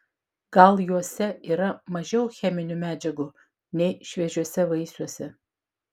gal juose yra mažiau cheminių medžiagų nei šviežiuose vaisiuose